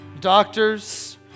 Doctors